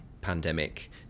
pandemic